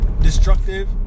destructive